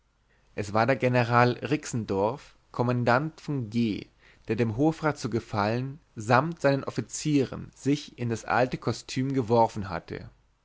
es war der general rixendorf kommandant von g der dem hofrat zu gefallen samt seinen offizieren sich in das alte kostüm geworfen hatte